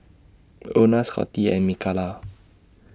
Ona Scottie and Mikalah